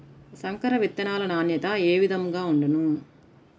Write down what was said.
సంకర విత్తనాల నాణ్యత ఏ విధముగా ఉండును?